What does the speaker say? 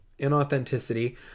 inauthenticity